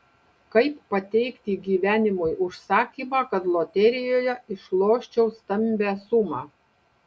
kaip pateikti gyvenimui užsakymą kad loterijoje išloščiau stambią sumą